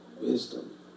Wisdom